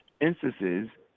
instances